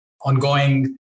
ongoing